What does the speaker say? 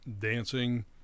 dancing